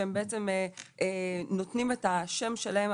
שהם בעצם נותנים את השם שלהם,